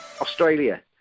Australia